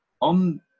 on